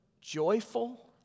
joyful